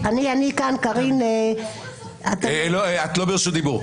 אני רוצה לדעת --- את לא ברשות דיבור.